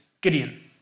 Gideon